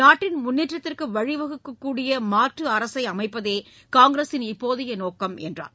நாட்டின் முன்னேற்றத்திற்கு வழி வகுக்கக்கூடிய மாற்று அரசை அமைப்பதே காங்கிரஸின் இப்போதைய நோக்கம் என்றார்